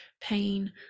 pain